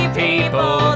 people